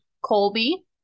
Colby